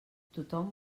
tothom